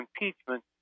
impeachment